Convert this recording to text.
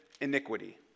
iniquity